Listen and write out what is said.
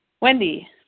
Wendy